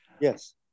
Yes